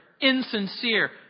insincere